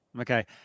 Okay